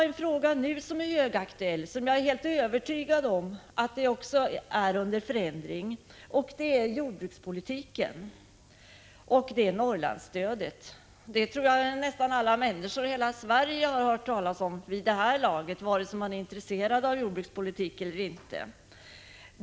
En fråga som är högaktuell nu och som ständigt förändras är jordbrukspolitiken och Norrlandsstödet. Jag tror att nästan alla människor i Sverige har hört talas om det vid det här laget, vare sig de är intresserade av jordbrukspolitik eller inte.